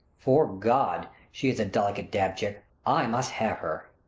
fore god, she is a delicate dab-chick! i must have her.